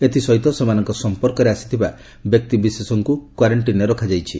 ଏଥିସହିତ ସେମାନଙ୍କ ସମ୍ପର୍କରେ ଆସିଥିବା ବ୍ୟକ୍ତିବିଶେଷକୁ କ୍ୱାରେଷ୍ଟିନ୍ରେ ରଖାଯାଇଛି